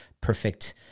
perfect